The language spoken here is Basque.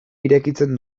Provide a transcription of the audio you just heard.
irekitzen